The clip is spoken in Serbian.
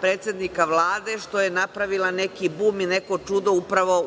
predsednika Vlade što je napravila neki bum i neko čudo upravo